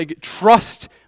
trust